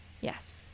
yes